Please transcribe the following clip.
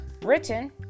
Britain